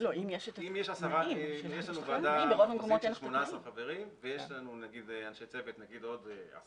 אם יש לנו ועדה מחוזית של 18 חברים ויש לנו נניח עוד 10